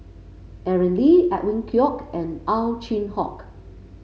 Aaron Lee Edwin Koek and Ow Chin Hock